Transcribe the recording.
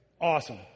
Awesome